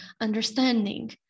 understanding